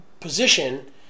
position